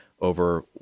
over